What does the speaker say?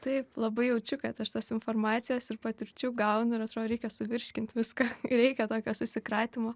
taip labai jaučiu kad aš tos informacijos ir patirčių gaunu ir atrodo reikia suvirškint viską reikia tokio susikratymo